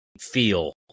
feel